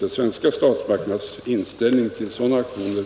De svenska statsmakternas inställning till sådana aktioner